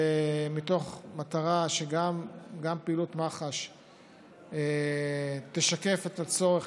מתוך מטרה שגם פעילות מח"ש תשקף את הצורך